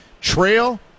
trail